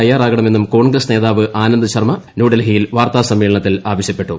തയ്യാറാകണമെന്നും കോൺ ഗ്രസ് നേതാവ് ആനന്ദ് ശർമ്മ ന്യൂഡൽഹിയിൽ വാർത്താ സമ്മേളനത്തിൽ ആവശ്യപ്പെട്ടു